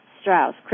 Strauss